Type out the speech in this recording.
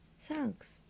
Thanks